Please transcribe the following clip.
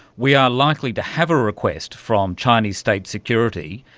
we are likely to have a request from chinese state security.